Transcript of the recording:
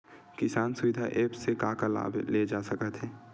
किसान सुविधा एप्प से का का लाभ ले जा सकत हे?